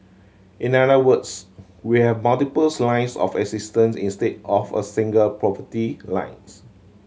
in other words we have multiple's lines of assistance instead of a single poverty lines